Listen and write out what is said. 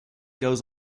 goes